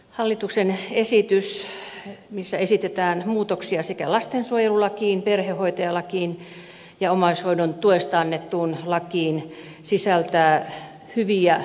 hallituksen esitys jossa esitetään muutoksia lastensuojelulakiin perhehoitajalakiin ja omaishoidon tuesta annettuun lakiin sisältää hyviä muutoksia